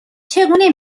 چگونه